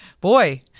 Boy